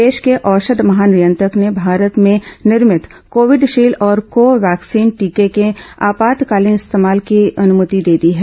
देश के औषध महानियंत्रक ने भारत में निर्मित कोविशील्ड और कोवैक्सीन टीके के आपातकालीन इस्तेमाल की अनुमति दे दी है